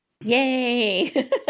Yay